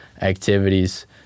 activities